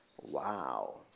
Wow